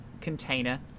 container